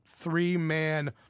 three-man